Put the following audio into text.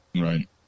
Right